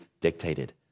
dictated